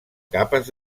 capes